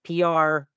PR